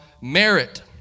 merit